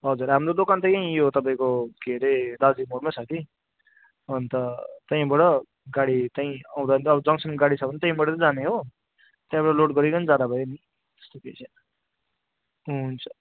हजुर हाम्रो दोकान त यहीँ हो तपाईँको के अरे दार्जिलिङ मोडमा छ कि अन्त त्यहीँबाट गाडी त्यहीँ आउँदा अब जङ्गसनको गाडी छ भने त्यहीँबाट त जाने हो त्यहाँबाट लोड गरिकन जाँदा भयो नि ठिकै छ हुन्छ